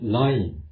lying